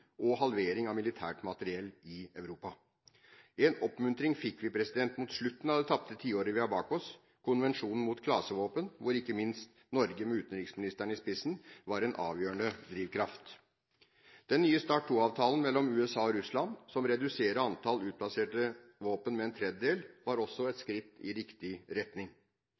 og en halvering av militært materiell i Europa. En oppmuntring fikk vi mot slutten av det tapte tiåret vi har bak oss: konvensjonen mot klasevåpen, hvor ikke minst Norge med utenriksministeren i spissen var en avgjørende drivkraft. Den nye START II-avtalen mellom USA og Russland, som reduserer antall utplasserte våpen med en tredjedel, var også et skritt i riktig retning.